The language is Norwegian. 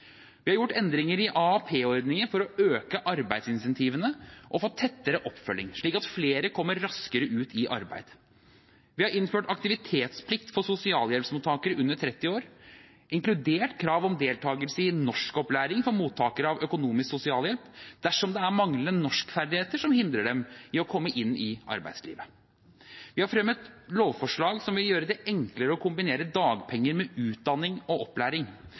Vi har gjort endringer i AAP-ordningen for å øke arbeidsinsentivene og få tettere oppfølging, slik at flere kommer raskere ut i arbeid. Vi har innført aktivitetsplikt for sosialhjelpsmottakere under 30 år, inkludert krav om deltakelse i norskopplæring for mottakere av økonomisk sosialhjelp dersom det er manglende norskferdigheter som hindrer dem i å komme inn i arbeidslivet. Vi har fremmet lovforslag som vil gjøre det enklere å kombinere dagpenger med utdanning og opplæring.